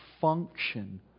function